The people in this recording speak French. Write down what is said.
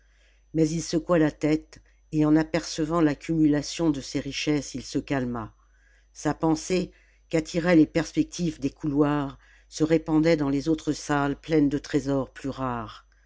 mais il secoua la tête et en apercevant l'accumulation de ses richesses il se calma sa pensée qu'attiraient les perspectives des couloirs se répandait dans les autres salles pleines de trésors plus rares